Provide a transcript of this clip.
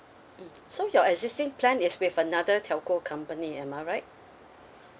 mm so your existing plan is with another telco company am I right